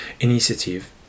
initiative